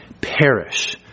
perish